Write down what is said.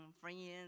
friends